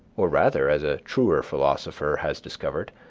or rather, as a truer philosophy has discovered,